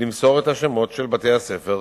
למסור את שמות בתי-הספר